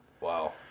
Wow